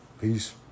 Peace